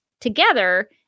together